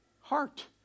heart